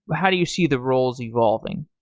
but how do you see the roles evolving?